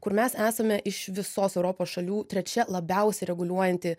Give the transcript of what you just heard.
kur mes esame iš visos europos šalių trečia labiausiai reguliuojanti